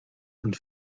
and